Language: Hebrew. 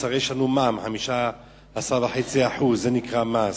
מס, הרי יש לנו מע"מ 15.5%. זה נקרא מס.